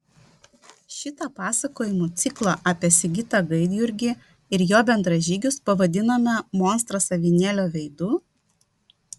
šitą pasakojimų ciklą apie sigitą gaidjurgį ir jo bendražygius pavadinome monstras avinėlio veidu